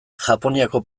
japoniako